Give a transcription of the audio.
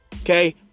Okay